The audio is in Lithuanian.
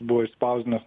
buvo išspausdino